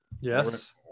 Yes